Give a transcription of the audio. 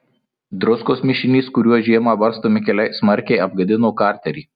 druskos mišinys kuriuo žiemą barstomi keliai smarkiai apgadino karterį